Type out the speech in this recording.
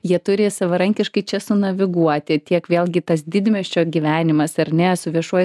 jie turi savarankiškai čia sunaviguoti tiek vėlgi tas didmiesčio gyvenimas ar ne su viešuoju